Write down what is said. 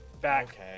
back